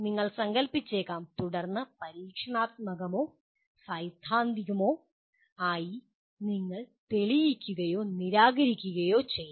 നിങ്ങൾ സങ്കൽപിച്ചേക്കാം തുടർന്ന് പരീക്ഷണാത്മകമോ സൈദ്ധാന്തികമോ ആയി നിങ്ങൾ തെളിയിക്കുകയോ നിരാകരിക്കുകയോ ചെയ്യാം